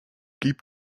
blieb